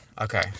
okay